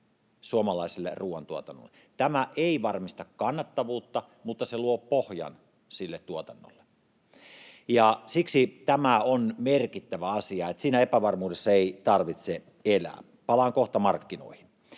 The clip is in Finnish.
suomalaiselle ruoantuotannolle. Tämä ei varmista kannattavuutta, mutta se luo pohjan sille tuotannolle, ja siksi tämä on merkittävä asia, että siinä epävarmuudessa ei tarvitse elää. — Palaan kohta markkinoihin.